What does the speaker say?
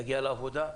להגיע לעבודה,